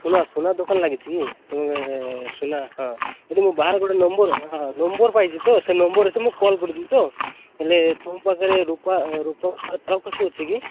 ସୁନା ସୁନା ଦୋକାନ ଲାଗିଛି କି ତୁମେ ସୁନା ହଁ ଯଦି ମୁଁ ବାହାରେ ଗୋଟେ ନମ୍ୱର୍ ହଁ ନମ୍ୱର୍ ପାଇଛି ତ ସେ ନମ୍ୱରରେ ତ ମୁଁ କଲ୍ କରିଥିଲି ତ ହେଲେ ତୁମ ପାଖରେ ରୂପା ରୂପାର ତାରକସି ଅଛି କି